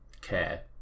care